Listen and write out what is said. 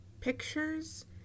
pictures